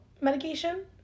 medication